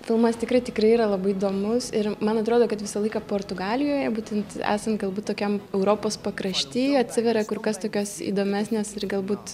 filmas tikrai tikrai yra labai įdomus ir man atrodo kad visą laiką portugalijoje būtent esant galbūt tokiam europos pakrašty atsiveria kur kas tokios įdomesnės ir galbūt